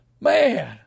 Man